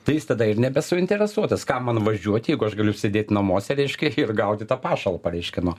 tai jis tada ir nebesuinteresuotas kam man važiuoti jeigu aš galiu sėdėt namuose reiškia ir gauti tą pašalpą reiškia no